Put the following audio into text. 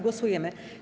Głosujemy.